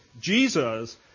Jesus